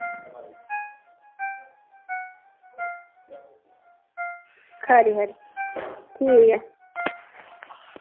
खरी खरी ठीक ऐ तां